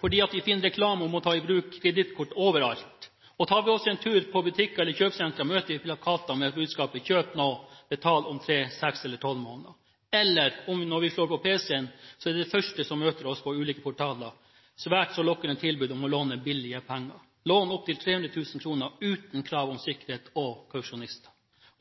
fordi vi finner reklame om å ta i bruk kredittkort overalt. Tar vi oss en tur på butikker eller kjøpesentre, møter vi plakater med budskapet: Kjøp nå – betal om tre, seks eller tolv måneder. Når vi slår på pc-en, er det første som møter oss på ulike portaler, svært så lokkende tilbud om å låne billige penger: Lån opptil 3 000 000 kr uten krav om sikkerhet og kausjonister.